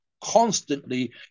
constantly